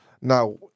Now